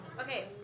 Okay